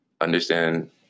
understand